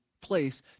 place